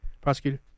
prosecutor